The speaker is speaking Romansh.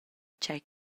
tgei